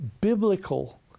biblical